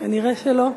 נראה שלא.